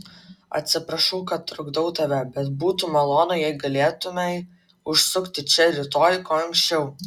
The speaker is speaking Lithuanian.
atsiprašau kad trukdau tave bet būtų malonu jei galėtumei užsukti čia rytoj kuo anksčiau